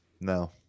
No